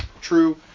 true